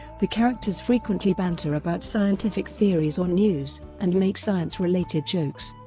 the characters frequently banter about scientific theories or news, and make science-related jokes.